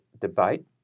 debate